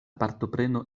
partopreno